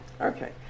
Okay